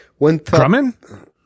Grumman